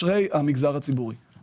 וגם הממשלה אומרים שצריך להעביר את הנכסים.